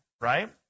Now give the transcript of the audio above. right